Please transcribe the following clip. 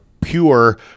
pure